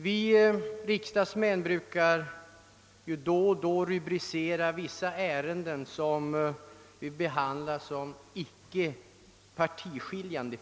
Vi riksdagsmän rubricerar då och då ärenden såsom icke partiskiljande.